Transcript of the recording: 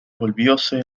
volvióse